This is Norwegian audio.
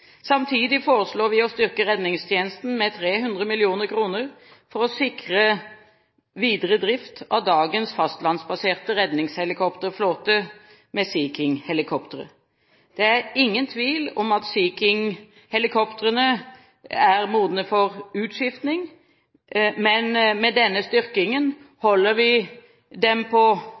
Samtidig foreslår vi å styrke redningstjenesten med 300 mill. kr for å sikre videre drift av dagens fastlandsbaserte redningshelikopterflåte med Sea King-helikoptre. Det er ingen tvil om at Sea King-helikoptrene er modne for utskifting. Men med denne styrkingen holder vi dem